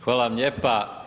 Hvala vam lijepa.